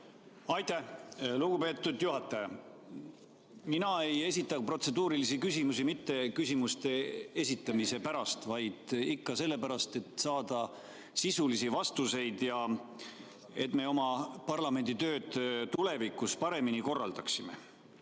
Aitäh, lugupeetud juhataja! Mina ei esitanud protseduurilisi küsimusi mitte küsimuste esitamise pärast, vaid ikka sellepärast, et saada sisulisi vastuseid ja et me oma parlamenditööd tulevikus paremini korraldaksime.